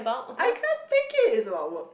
I can't take it it's about work